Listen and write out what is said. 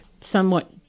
somewhat